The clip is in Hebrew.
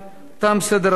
תם סדר-היום.